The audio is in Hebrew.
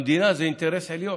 למדינה זה אינטרס עליון.